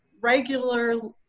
regular